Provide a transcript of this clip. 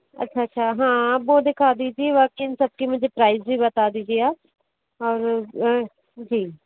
अच्छा अच्छा हाँ अब वो दिखा दीजिए इन सब के मुझे प्राइज़ भी बता दीजिए आप और जी